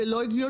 זה לא הגיוני,